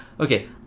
Okay